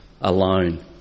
alone